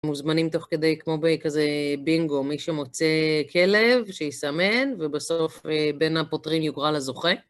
מוזמנים תוך כדי, כמו בכזה בינגו, מי שמוצא כלב שיסמן, ובסוף בין הפותרים יוגרל הזוכה.